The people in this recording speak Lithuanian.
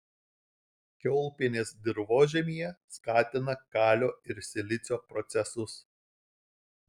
kiaulpienės dirvožemyje skatina kalio ir silicio procesus